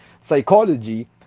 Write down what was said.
psychology